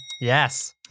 Yes